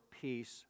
peace